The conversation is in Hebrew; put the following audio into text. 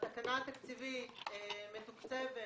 התקנה התקציבית מתוקצבת